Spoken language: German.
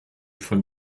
von